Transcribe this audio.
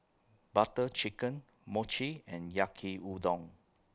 Butter Chicken Mochi and Yaki Udon